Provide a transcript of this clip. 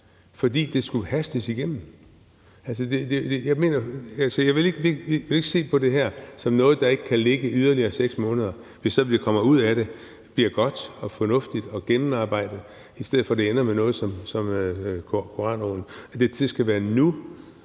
fordi det skulle hastes igennem. Altså, jeg vil jo ikke se på det her som noget, der ikke kan ligge yderligere 6 måneder, hvis det, der kommer ud af det, bliver godt og fornuftigt og gennemarbejdet, i stedet for at det ender med sådan noget som koranloven. Og at det skal være nu,